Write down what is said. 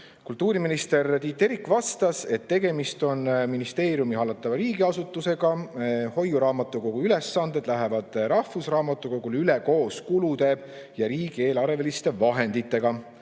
Kultuuriminister Tiit Terik vastas, et tegemist on ministeeriumi hallatava riigiasutusega. Hoiuraamatukogu ülesanded lähevad rahvusraamatukogule üle koos kulude ja riigieelarveliste vahenditega.